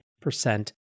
percent